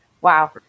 Wow